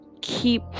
keep